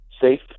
safe